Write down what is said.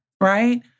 right